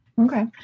Okay